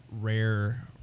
rare